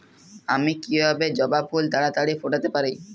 আমি কিভাবে জবা ফুল তাড়াতাড়ি ফোটাতে পারি?